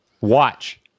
Watch